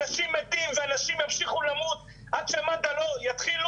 אנשים מתים ואנשים ימשיכו למות עד שמד"א לא יתחילו